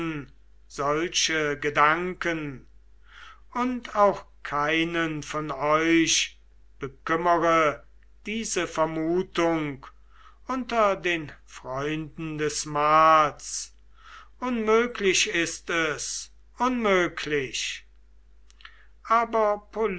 solche gedanken und auch keinen von euch bekümmere diese vermutung unter den freuden des mahls unmöglich ist es unmöglich aber